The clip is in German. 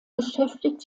beschäftigt